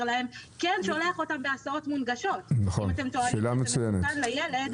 להם כן שולח בהסעות מונגשות אם אתם טוענים שזה מסוכן לילד?